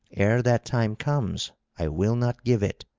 ere that time comes i will not give it,